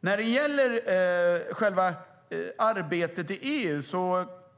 När det gäller själva arbetet i EU